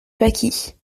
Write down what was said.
pâquis